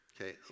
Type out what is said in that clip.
okay